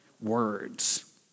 words